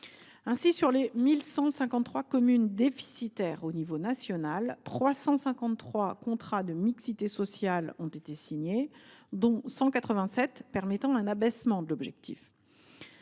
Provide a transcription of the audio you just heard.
Ainsi, sur les 1 153 communes déficitaires à l’échelon national, 353 contrats de mixité sociale ont été signés, dont 187 permettant un abaissement de l’objectif.